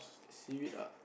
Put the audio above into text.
seaweed ah